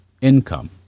income